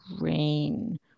rain